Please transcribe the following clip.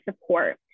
support